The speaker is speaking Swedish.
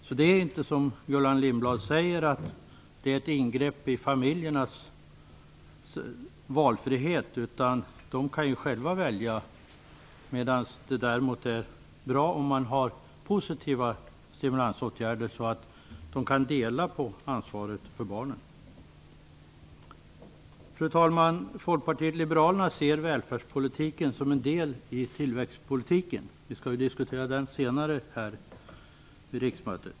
Detta är alltså inte, som Gullan Lindblad säger, ett ingrepp i familjernas valfrihet, utan de kan själva välja, medan det är bra om man har positiva stimulansåtgärder, så att föräldrarna kan dela på ansvaret för barnen. Fru talman! Folkpartiet liberalerna ser välfärdspolitiken som en del i tillväxtpolitiken. Denna skall vi ju diskutera senare under riksmötet.